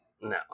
No